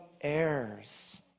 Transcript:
heirs